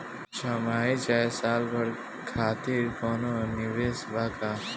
छमाही चाहे साल भर खातिर कौनों निवेश बा का?